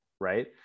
right